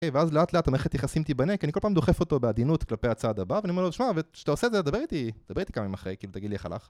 אוקיי ואז לאט לאט המערכת יחסים תיבנה כי אני כל פעם דוחף אותו בעדינות כלפי הצעד הבא ואני אומר לו: שמע שאתה עושה את זה תדבר איתי כמה ימים אחרי כאילו תגידי לי איך הלך.